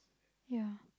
ya